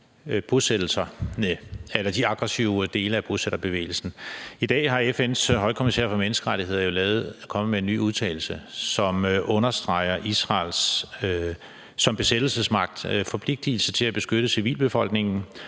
de aggressive dele af bosætterbevægelsen. I dag er FN's højkommissær for menneskerettigheder jo kommet med en ny udtalelse, som understreger Israels forpligtigelse som besættelsesmagt til at beskytte civilbefolkningen,